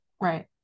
right